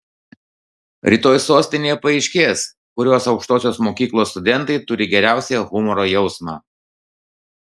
rytoj sostinėje paaiškės kurios aukštosios mokyklos studentai turi geriausią humoro jausmą